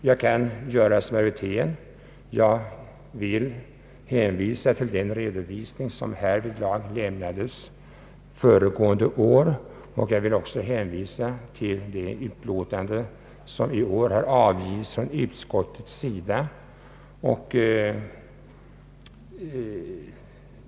Jag kan som herr Wirtén hänvisa till den redovisning som härvidlag lämnats föregående år och även hänvisa till det utlåtande som utskottet avgivit i år.